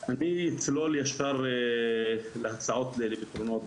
אני אצלול ישר להצעות לפתרונות,